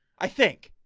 i think